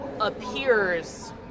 appears